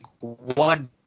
one